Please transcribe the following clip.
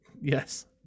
Yes